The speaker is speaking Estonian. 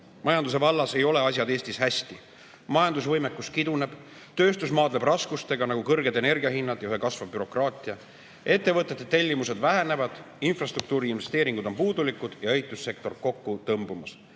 Majanduse vallas ei ole asjad Eestis hästi. Majandusvõimekus kiduneb, tööstus maadleb raskustega, nagu kõrged energiahinnad ja üha kasvav bürokraatia. Ettevõtete tellimused vähenevad, infrastruktuuri investeeringud on puudulikud ja ehitussektor kokku tõmbumas.